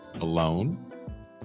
alone